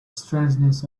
strangeness